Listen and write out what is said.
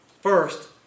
First